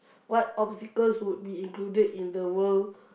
what obstacles would be included in the world